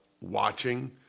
watching